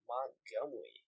Montgomery